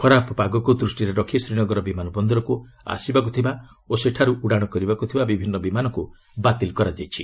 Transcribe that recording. ଖରାପ ପାଗକୁ ଦୂଷ୍ଟିରେ ରଖି ଶ୍ରୀନଗର ବିମାନ ବନ୍ଦରକୁ ଆସିବାକୁ ଥିବା ଓ ସେଠାରେ ଉଡାଶ କରିବାକୁ ଥିବା ବିଭିନ୍ନ ବିମାନକୁ ବାତିଲ କରାଯାଇଛି